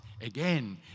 again